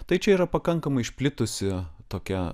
tai čia yra pakankamai išplitusi tokia